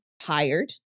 hired